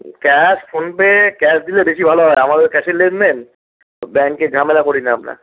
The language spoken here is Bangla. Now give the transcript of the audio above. ক্যাশ ফোনপে ক্যাশ দিলে বেশি ভালো হয় আমাদের ক্যাশের লেন দেন ব্যাংকের ঝামেলা করিনা আমরা